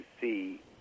see